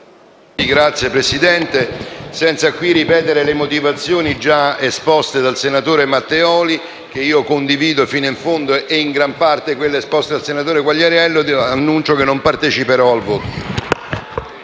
Signor Presidente, senza ripetere le motivazioni già esposte dal senatore Matteoli, che condivido fino in fondo, e in gran parte quelle esposte dal senatore Quagliariello, annuncio che non parteciperò al voto.